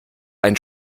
ein